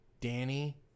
Danny